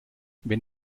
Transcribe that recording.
wenn